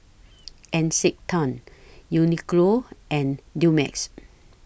Encik Tan Uniqlo and Dumex